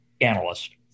analyst